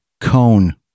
cone